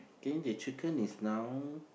then the chicken is now